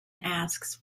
asks